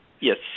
Yes